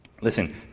listen